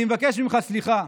אני מבקש ממך סליחה.